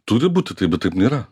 turi būti taip bet taip nėra